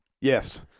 Yes